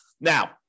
Now